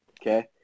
okay